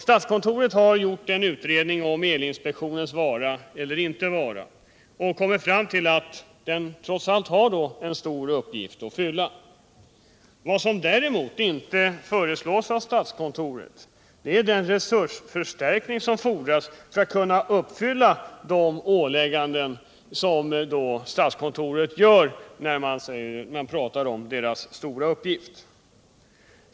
Statskontoret har gjort en utredning om elinspektionens vara eller inte vara och kommit fram till att den trots allt har en stor uppgift att fylla. Något som däremot inte föreslås av statskontoret är den resursförstärkning som fordras för att inspektionen skall kunna uppfylla de ålägganden som statskontoret kräver då man talar om inspektionens stora uppgift.